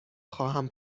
خواهم